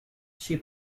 she